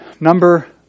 Number